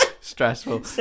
stressful